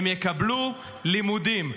הם יקבלו לימודים.